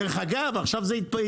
דרך אגב, עכשיו זה התרחב.